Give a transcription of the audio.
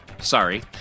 Sorry